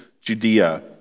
Judea